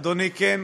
אדוני, כן,